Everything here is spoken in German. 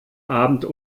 abend